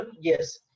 yes